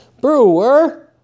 Brewer